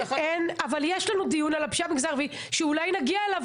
יש לנו דיון שאולי נגיע אליו